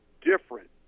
different